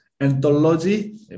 Anthology